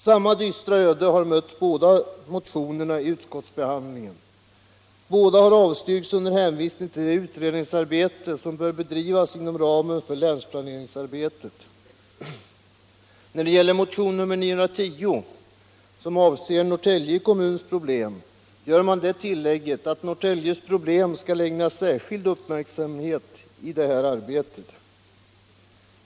Samma dystra öde har mött båda motionerna vid utskottsbehandlingen: båda har avstyrkts under hänvisning till det utredningsarbete som bör bedrivas inom ramen för länsplaneringsarbetet. När det gäller motionen 910, som avser Norrtälje kommuns problem, gör man tillägget att Norrtäljes problem skall ägnas särskild uppmärksamhet i det här arbetet.